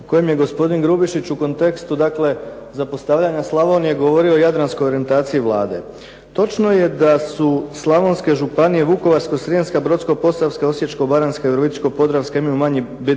kojim je gospodin Grubišić u kontekstu dakle zapostavljanja Slavonije govorio o jadranskoj orijentaciji Vlade. Točno je da su slavonske županije Vukovarsko-srijemska, Brodsko-posavska i Osječko-baranjska i Virovitičko-podravska imaju manji BDP